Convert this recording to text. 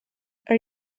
are